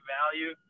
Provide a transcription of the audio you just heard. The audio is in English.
value